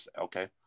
okay